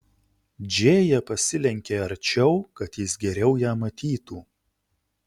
džėja pasilenkė arčiau kad jis geriau ją matytų